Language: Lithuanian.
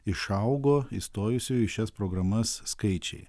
išaugo įstojusiųjų į šias programas skaičiai